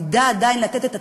ידע עדיין לתת את התמריצים,